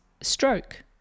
stroke